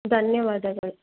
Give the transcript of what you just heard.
ಧನ್ಯವಾದಗಳು